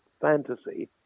fantasy